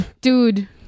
Dude